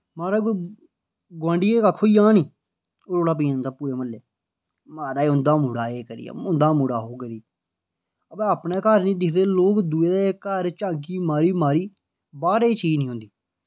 माराज कोई गोआंढियें कक्ख होई जाह्ग निं रौला पेई जंदा पूरे म्हल्ले माराज उंदा मुड़ा एह् करियै उं'दा मुड़ा ओह् करियै अब्बे अपने घर निं दिखदे लोक दूए दे घर झांकी मारी मारी बार एह् चीज निं होंदी